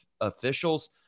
officials